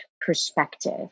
perspective